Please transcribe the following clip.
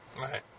Right